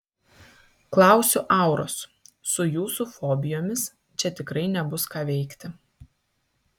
klausiu auros su jūsų fobijomis čia tikrai nebus ką veikti